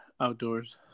outdoors